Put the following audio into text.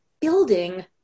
building